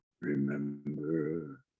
remember